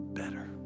better